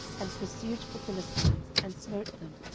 and pursued the philistines, and smote them,